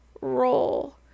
roll